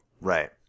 right